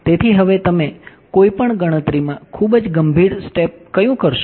તેથી હવે તમે કોઈપણ ગણતરીમાં ખૂબ જ ગંભીર કયું કરશો